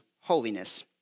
holiness